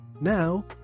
now